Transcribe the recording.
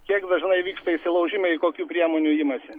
kiek dažnai vyksta įsilaužimai i kokių priemonių imasi